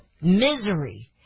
misery